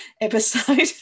episode